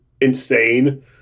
insane